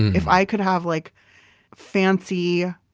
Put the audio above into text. if i could have like fancy,